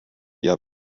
yet